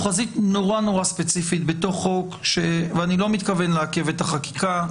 חזית נורא ספציפית בתוך חוק ואני לא מתכוון לעכב את החקיקה.